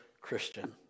Christian